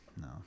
No